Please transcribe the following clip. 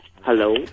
Hello